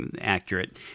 accurate